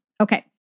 Okay